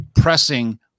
pressing